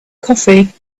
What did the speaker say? coffee